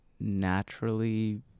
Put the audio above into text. naturally